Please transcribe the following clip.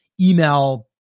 email